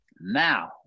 Now